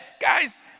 guys